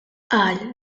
qal